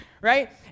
right